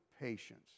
patience